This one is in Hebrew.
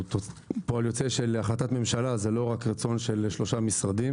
הוא פועל יוצא של החלטת ממשלה וזה לא רק רצון של שלושה משרדים.